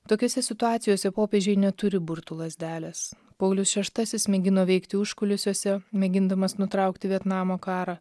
tokiose situacijose popiežiai neturi burtų lazdelės paulius šeštasis mėgino veikti užkulisiuose mėgindamas nutraukti vietnamo karą